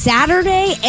Saturday